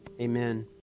Amen